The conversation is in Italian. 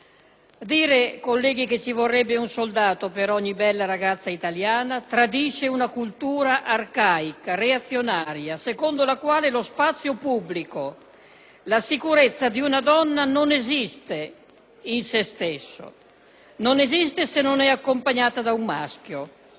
dire che ci vorrebbe un soldato per ogni bella ragazza italiana tradisce una cultura arcaica, reazionaria, secondo la quale lo spazio pubblico e la sicurezza di una donna non esistono in se stessi, non esistono se la donna non è accompagnata da un maschio.